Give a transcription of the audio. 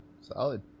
solid